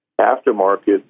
aftermarket